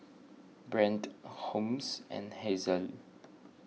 Brande Holmes and Hazelle